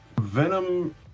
Venom